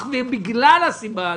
בגלל הסיבה הזאת.